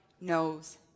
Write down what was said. knows